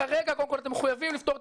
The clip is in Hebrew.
כרגע קודם כל אתם מחוייבים לפתור את